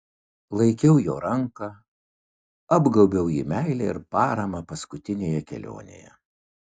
laikiau jo ranką apgaubiau jį meile ir parama paskutinėje kelionėje